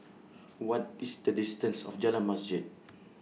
What IS The distance of Jalan Masjid